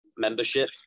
membership